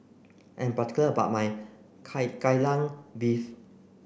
I'm particular about my Kai Gai Lan beef